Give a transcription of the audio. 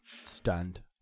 stunned